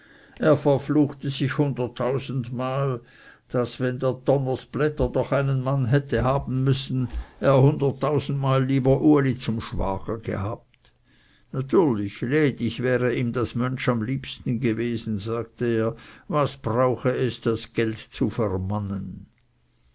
er verfluchte sich hunderttausendmal daß wenn der donners plätter doch einen mann hätte haben müssen er hunderttausendmal lieber uli zum schwager gehabt natürlich ledig wäre ihm das mönsch am liebsten gewesen sagte er was brauche es das geld zu vermannen